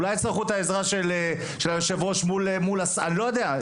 אולי יצטרכו את העזרה של היו"ר מול אני לא יודע,